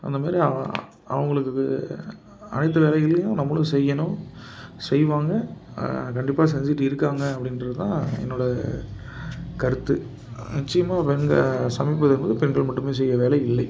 அந்த மாதிரி அவங்களுக்கு இது அனைத்து வேலைகளையும் நம்மளும் செய்யணும் செய்வாங்க கண்டிப்பாக செஞ்சிவிட்டு இருக்காங்க அப்படின்றது தான் என்னோட கருத்து நிச்சயமாக பெண்கள் சமைப்பது என்பது பெண்கள் மட்டுமே செய்கிற வேலை இல்லை